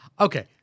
Okay